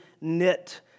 knit